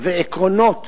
ועקרונות